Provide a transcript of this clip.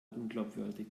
unglaubwürdig